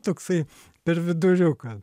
toksai per viduriuką